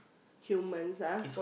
humans ah